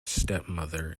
stepmother